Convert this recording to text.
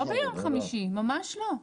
לא ביום חמישי, ממש לא.